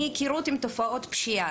מהיכרות עם תופעות פשיעה,